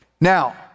Now